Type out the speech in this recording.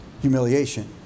humiliation